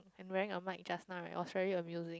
I'm wearing a mic just now right was very amusing